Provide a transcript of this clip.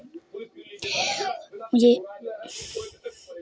SBI स central bank एक सप्ताहर तने पांच करोड़ ऋण लिल छ